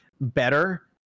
better